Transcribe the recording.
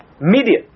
media